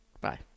Bye